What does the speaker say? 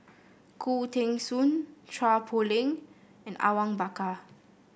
Khoo Teng Soon Chua Poh Leng and Awang Bakar